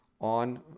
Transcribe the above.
on